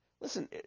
Listen